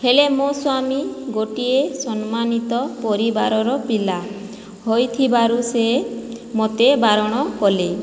ହେଲେ ମୋ ସ୍ଵାମୀ ଗୋଟିଏ ସମ୍ମାନିତ ପରିବାରର ପିଲା ହୋଇଥିବାରୁ ସେ ମୋତେ ବାରଣ କଲେ